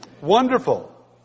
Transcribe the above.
Wonderful